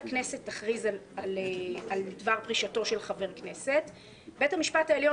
שוועדת הכנסת תכריז על דבר פרישתו של חבר כנסת; בית המשפט העליון